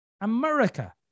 America